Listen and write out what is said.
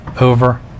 over